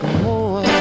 more